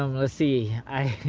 um let's see. i